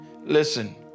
Listen